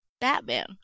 batman